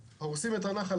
ועל הדרך הורסים את הנחל.